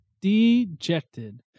Dejected